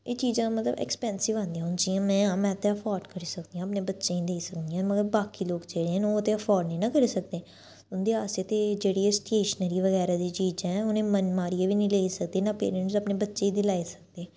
एह् चीजां मतलब एक्सपेंसिव आंदियां हून जियां मैं आं मैं ते एफोर्ड करी सकदियां अपनें बच्चें गी देई सकदियां मगर बाकी लोक जेह्ड़े न ओह् ते एफर्ट्स नि ना करी सकदे उंदे आस्तै जेह्ड़ी एह् स्टेशनरी बगैरा दी चीजां ऐ उनें मन मारियै बी नेईं लेई सकदे ना पेरेंटस अपनें बच्चे गी दिलाई सकदे